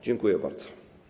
Dziękuję bardzo.